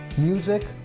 music